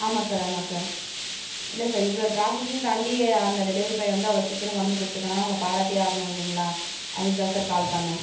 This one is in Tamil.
ஆமாம் சார் ஆமாம் சார் இல்லை சார் இவ்வளோ டிராஃபிக்கையும் தாண்டி அந்த டெலிவரி பாய் வந்து அவ்வளோ சீக்கிரமாக கொண்டாந்து கொடுத்துருக்காங்கன்னா அவங்கள பாராட்டியே ஆகணுங்கில்லைங்களா அதுக்குதான் சார் கால் பண்ணிணேன்